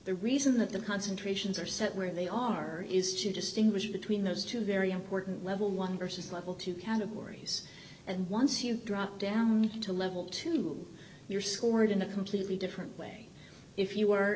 the reason that the concentrations are set where they are is to distinguish between those two very important level one vs level two categories and once you drop down to level two you're scored in a completely different way if you were